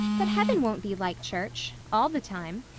but heaven won't be like church all the time,